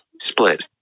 split